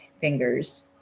fingers